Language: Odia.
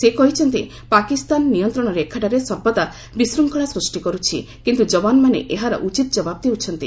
ସେ କହିଛନ୍ତି ପାକିସ୍ତାନ ନିୟନ୍ତ୍ରଣ ରେଖାଠାରେ ସର୍ବଦା ବିଶ୍ୱଙ୍ଗଳା ସୃଷ୍ଟି କରୁଛି କିନ୍ତୁ ଯବାନମାନେ ଏହାର ଉଚିତ ଜବାବ ଦେଉଛନ୍ତି